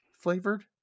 flavored